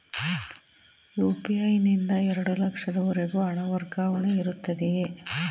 UPI ನಿಂದ ಎರಡು ಲಕ್ಷದವರೆಗೂ ಹಣ ವರ್ಗಾವಣೆ ಇರುತ್ತದೆಯೇ?